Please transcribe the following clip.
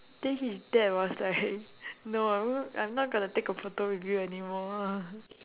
then his dad was like no I'm not I'm not gonna take a photo with you anymore